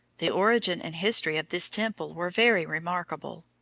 the origin and history of this temple were very remarkable.